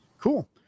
Cool